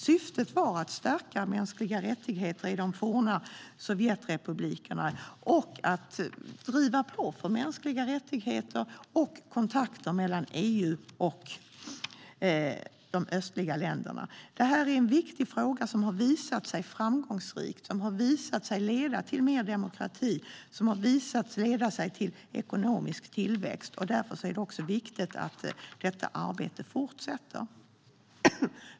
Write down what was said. Syftet var att stärka mänskliga rättigheter i de forna Sovjetrepublikerna och att driva på för mänskliga rättigheter och kontakter mellan EU och de östliga länderna. Detta är ett viktigt arbete som har visat sig framgångsrikt. Det har visat sig leda till mer demokrati och ekonomisk tillväxt. Därför är det också viktigt att detta arbete fortsätter.